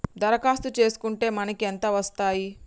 దరఖాస్తు చేస్కుంటే మనకి ఎంత వస్తాయి?